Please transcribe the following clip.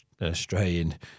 Australian